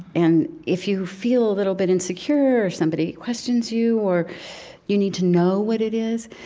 and if you feel a little bit insecure, or somebody questions you, or you need to know what it is,